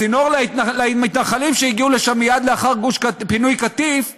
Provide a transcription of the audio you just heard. צינור למתנחלים שהגיעו לשם מייד לאחר פינוי קטיף יש,